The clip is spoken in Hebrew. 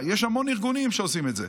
יש המון ארגונים שעושים את זה.